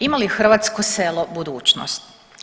Ima li hrvatsko selo budućnost?